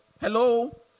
hello